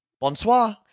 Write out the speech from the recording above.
Bonsoir